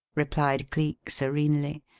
replied cleek, serenely.